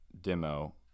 demo